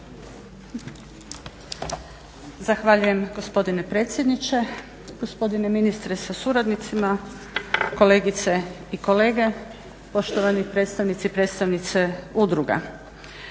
Zahvaljujem gospodine predsjedniče, gospodine ministre sa suradnicima, kolegice i kolege, poštovani predstavnici i predstavnice udruga.